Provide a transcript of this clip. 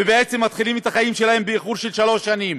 ובעצם מתחילים את החיים שלהם באיחור של שלוש שנים